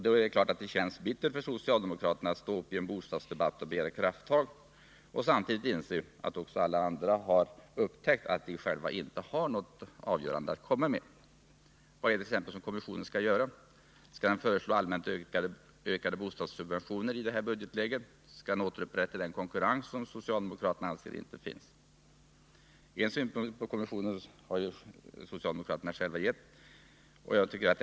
Då är det klart att det känns bittert för socialdemokraterna att stå upp i en bostadsdebatt och begära krafttag och samtidigt inse att också alla andra har upptäckt att de själva inte har någonting avgörande att komma med. Vad är det t.ex. som kommissionen skall göra? Skall den föreslå allmänt ökade bostadssubventioner i det här budgetläget? Skall den återupprätta den konkurrens som socialdemokraterna anser inte finns? En synpunkt på kommissionen har socialdemokraterna själva avgett. nämligen att den skall vara allsidigt sammansatt.